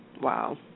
Wow